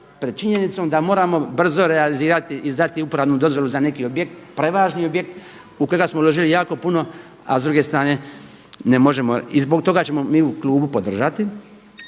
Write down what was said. pred činjenicom da moramo brzo realizirati, izdati upravnu dozvolu za neki objekt, prevažni objekt u kojega smo uložili jako puno a s druge strane ne možemo. I zbog toga ćemo mi u klubu podržati